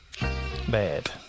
bad